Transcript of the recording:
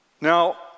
Now